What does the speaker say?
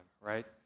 right